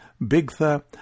Bigtha